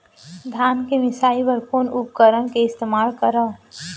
धान के मिसाई बर कोन उपकरण के इस्तेमाल करहव?